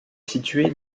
située